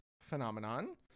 phenomenon